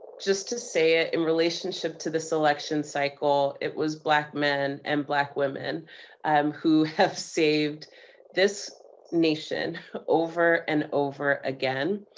just to say it, in relationship to this election cycle, cycle, it was black men and black women um who have saved this nation over and over again.